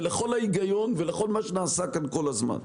לכל ההיגיון ולכל מה שנעשה כאן כל הזמן.